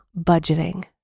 budgeting